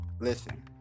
Listen